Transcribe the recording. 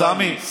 סמי.